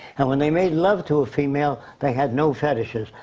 and when they made love to a female, they had no fetishes.